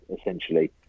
Essentially